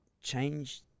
change